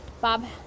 Bob